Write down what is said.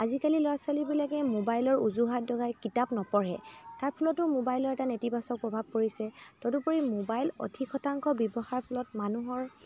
আজিকালি ল'ৰা ছোৱালীবিলাকে মোবাইলৰ অজুহাত দেখুৱাই কিতাপ নপঢ়ে তাৰ ফলতো মোবাইলৰ এটা নেতিবাচক প্ৰভাৱ পৰিছে তদুপৰি মোবাইল অধিক শতাংশ ব্যৱহাৰৰ ফলত মানুহৰ